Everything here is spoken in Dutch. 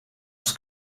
eens